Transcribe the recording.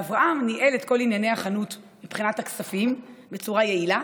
ואברהם ניהל את כל ענייני החנות מבחינת הכספים בצורה יעילה,